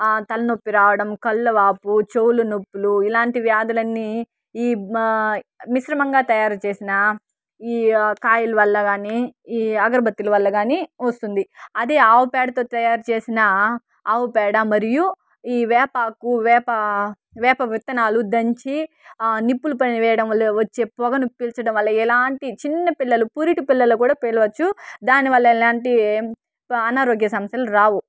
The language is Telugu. తలనొప్పి రావడం కళ్ళు వాపు చెవులు నొప్పిలు ఇలాంటి వ్యాధులన్నీ ఈ మా మిశ్రమంగా తయారుచేసిన ఈ కాయిల్ వల్ల కానీ ఈ అగర్బత్తి వల్ల కానీ వస్తుంది అదే ఆవు పేడతో తయారు చేసిన ఆవు పేడ మరియు ఈ వేపాకు వేప విత్తనాలు దంచి నిప్పులు పైన వేయడం వల్ల వచ్చే పొగను పీల్చడం వల్ల ఎలాంటి చిన్న పిల్లలు పురిటి పిల్లలు కూడా పిలవచ్చు దానివల్ల ఎలాంటి అనారోగ్య సమస్యలు రావు